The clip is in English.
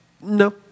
No